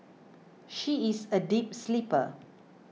she is a deep sleeper